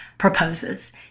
proposes